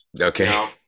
Okay